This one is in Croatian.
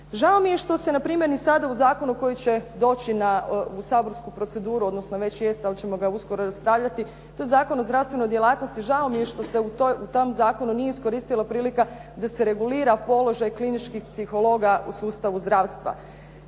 Žao mi je što se npr. ni sada u zakonu koji će doći u saborsku proceduru, odnosno već jest ali ćemo ga uskoro raspravljati to je Zakon o zdravstvenoj djelatnosti, žao mi je što se u tom zakonu nije iskoristila prilika da se regulira položaj kliničkih psihologa u sustavu zdravstva.